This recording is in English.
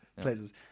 places